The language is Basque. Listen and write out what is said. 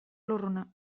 lurruna